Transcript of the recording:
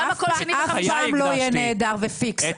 אף פעם לא יהיה נהדר ופיקס,